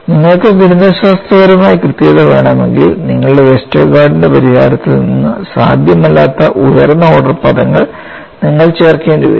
നിങ്ങൾക്ക് ഗണിതശാസ്ത്രപരമായി കൃത്യത വേണമെങ്കിൽ നിങ്ങളുടെ വെസ്റ്റർഗാർഡിന്റെ പരിഹാരത്തിൽ നിന്ന് സാധ്യമല്ലാത്ത ഉയർന്ന ഓർഡർ പദങ്ങൾ നിങ്ങൾ ചേർക്കേണ്ടിവരും